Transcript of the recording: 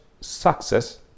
success